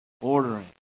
ordering